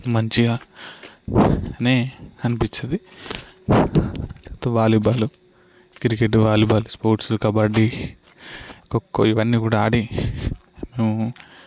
మంచిగా నే అనిపించేది volleyball cricket volleyball sports kabaddi kho kho ఇవన్నీ కూడా ఆడి మేము